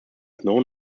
known